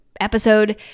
episode